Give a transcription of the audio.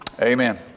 Amen